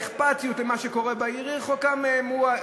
האכפתיות ממה שקורה בעיר רחוקים מהם.